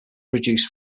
produced